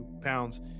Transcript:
pounds